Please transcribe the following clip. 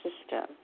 system